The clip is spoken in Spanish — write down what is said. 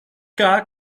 cada